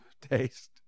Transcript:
taste